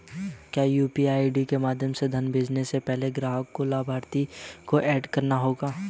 क्या यू.पी.आई के माध्यम से धन भेजने से पहले ग्राहक को लाभार्थी को एड करना होगा?